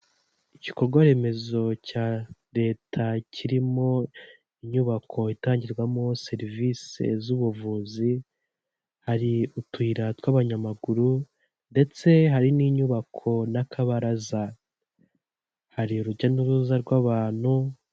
Igikorwa remezo cya reta kirimo inyubako itangirwamo serivisi z'ubuvuzi. Hari utuyira tw'abanyamaguru ndetse hari n'inyubako n'akabaraza, hari urujya n'uruza rw'abantu.